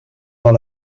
dans